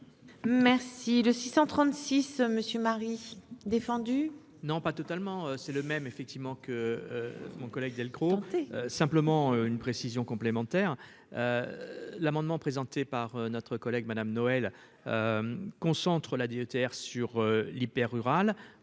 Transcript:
Merci le 636 monsieur Marie défendu. Non, pas totalement, c'est le même effectivement que mon collègue Delcros, simplement une précision complémentaire l'amendement présenté par notre collègue Madame Noël concentre la DETR sur l'hyper-rural